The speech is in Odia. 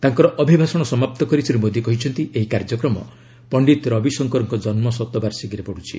ତାଙ୍କର ଅଭିଭାଷଣ ସମାପ୍ତ କରି ଶ୍ରୀ ମୋଦୀ କହିଛନ୍ତି ଏହି କାର୍ଯ୍ୟକ୍ରମ ପଣ୍ଡିତ ରବିଶଙ୍କରଙ୍କ ଜନ୍ମ ଶତବାର୍ଷିକୀରେ ପଡୁଛି